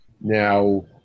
Now